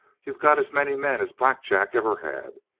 you got as many men as black jack ever had.